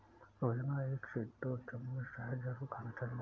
रोजाना एक से दो चम्मच शहद जरुर खाना चाहिए